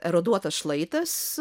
eroduota šlaitas